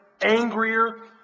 angrier